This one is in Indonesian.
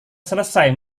selesai